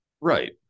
Right